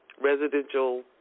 residential